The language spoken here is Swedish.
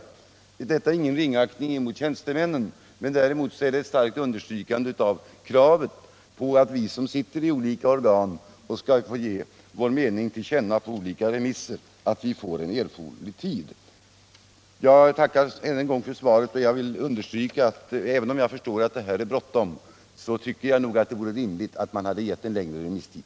Vad jag nu säger innebär ingen ringaktning av tjänstemännen utan ett starkt understrykande av kravet på att vi som sitter i olika organ och skall ge vår mening till känna får erforderlig tid på oss. Jag tackar än en gång för svaret och vill understryka att även om det är bråttom med det nu aktuella förslaget hade det varit rimligt med en längre remisstid.